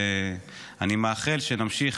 אני מאחל שנמשיך,